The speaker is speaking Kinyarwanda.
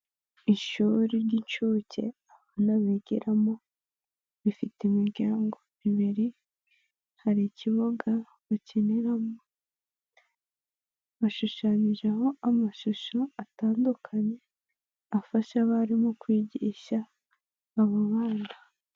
Ishuri ry'inshuke abana bigiramo bifite imiryango ibiri, hari ikibuga bakiniramo bashushanyijeho amashusho atandukanye afasha abarimu kwigisha abo bana.